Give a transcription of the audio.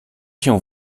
się